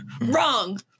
Wrong